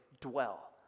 dwell